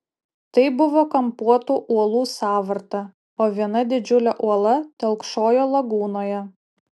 tai buvo kampuotų uolų sąvarta o viena didžiulė uola telkšojo lagūnoje